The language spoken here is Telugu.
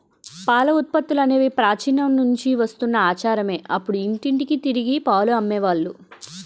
పాల ఉత్పత్తులనేవి ప్రాచీన నుంచి వస్తున్న ఆచారమే అప్పుడు ఇంటింటికి తిరిగి పాలు అమ్మే వాళ్ళు